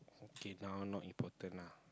okay now not important ah